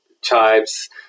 chives